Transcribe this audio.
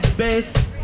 bass